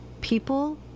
People